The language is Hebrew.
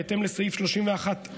בהתאם לסעיף 31(א)